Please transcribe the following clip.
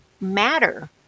matter